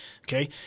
okay